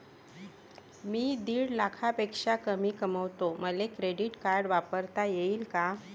मी दीड लाखापेक्षा कमी कमवतो, मले क्रेडिट कार्ड वापरता येईन का?